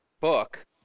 book